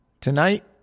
tonight